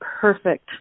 perfect